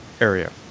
area